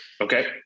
Okay